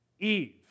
Eve